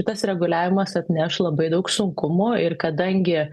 tas reguliavimas atneš labai daug sunkumų ir kadangi